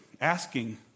asking